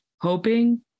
hoping